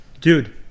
Dude